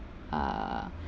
uh